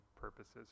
purposes